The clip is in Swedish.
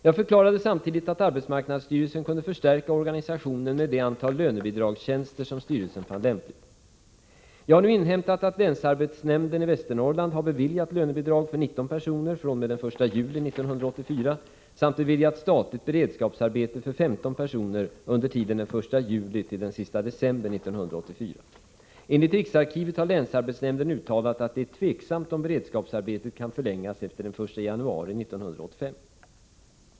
Jag förklarade samtidigt att arbetsmarknadsstyrelsen kunde förstärka organisationen med det antal lönebidragstjänster som 181 Jag har nu inhämtat att länsarbetsnämnden i Västernorrland har beviljat lönebidrag för 19 personer fr.o.m. den 1 juli 1984 samt beviljat statligt beredskapsarbete för 15 personer under tiden den 1 juli till den sista december 1984. Enligt riksarkivet har länsarbetsnämnden uttalat att det är tveksamt om beredskapsarbetet kan förlängas efter den 1 januari 1985.